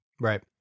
Right